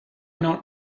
not